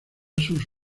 sus